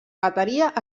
bateria